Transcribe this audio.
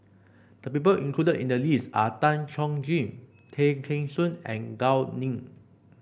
the people included in the list are Tan Chuan Jin Tay Kheng Soon and Gao Ning